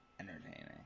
entertaining